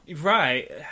Right